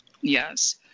Yes